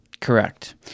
Correct